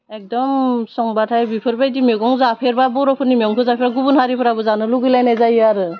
एकदम संबाथाय बिफोरबायदि मैगं जाफेरबा बर'फोरनि मेगंखौ जाफेरबा गुबुनि हारिफोराबो जानो लुगैलायनाय जायो आरो